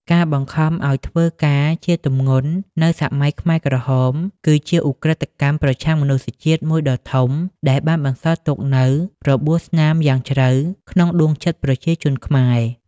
ការបង្ខំឱ្យធ្វើការជាទម្ងន់នៅសម័យខ្មែរក្រហម គឺជាឧក្រិដ្ឋកម្មប្រឆាំងមនុស្សជាតិមួយដ៏ធំ ដែលបានបន្សល់ទុកនូវរបួសស្នាមយ៉ាងជ្រៅក្នុងដួងចិត្តប្រជាជនខ្មែរ។